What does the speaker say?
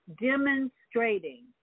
demonstrating